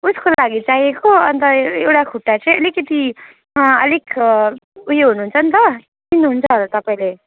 उसको लागि चाहिएको अन्त एउटा खुट्टा चाहिँ अलिकति अलिक उयो हुनुहुन्छ नि त चिन्नुहुन्छ होला तपाईँले